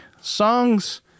songs